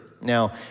Now